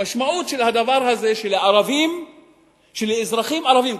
המשמעות של הדבר הזה שלאזרחים ערבים,